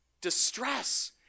distress